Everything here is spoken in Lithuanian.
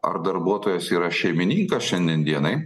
ar darbuotojas yra šeimininkas šiandien dienai